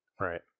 Right